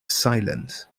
silence